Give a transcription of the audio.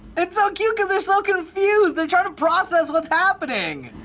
it's so cute, cause they're so confused! they're trying to process what's happening.